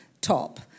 top